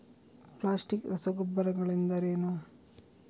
Plastic ರಸಗೊಬ್ಬರಗಳೆಂದರೇನು?